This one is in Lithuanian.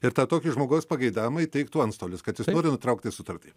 ir tą tokį žmogaus pageidavimą įteiktų antstolis kad jis nori nutraukti sutartį